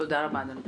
תודה רבה.